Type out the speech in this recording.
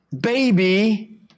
baby